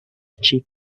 chief